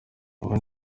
ubwo